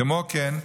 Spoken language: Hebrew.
כמו כן,